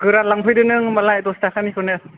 गोरान लांफैदो नों होनबालाय दसथाखानिखौनो